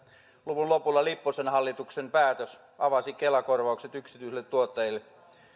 luvun lopulla lipposen hallituksen päätös avasi kela korvaukset yksityisille tuottajille